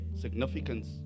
significance